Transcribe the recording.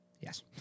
Yes